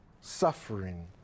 suffering